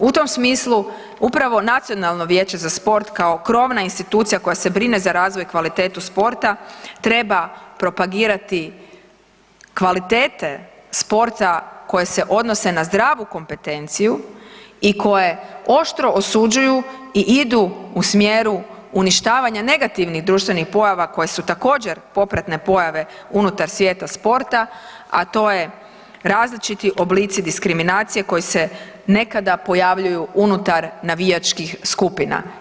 U tom smislu upravo Nacionalno vijeće za sport kao krovna institucija koja se brine za razvoj i kvalitetu sporta treba propagirati kvalitete sporta koje se odnose na zdravu kompetenciju i koje oštro osuđuju i idu u smjeru uništavanja negativnih društvenih pojava koje su također popratne pojave unutar svijeta sporta, a to je različiti oblici diskriminacije koji se nekada pojavljuju unutar navijačkih skupina.